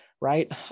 Right